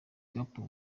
couple